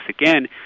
again